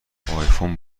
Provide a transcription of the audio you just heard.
آیفون